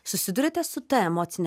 susiduriate su ta emocine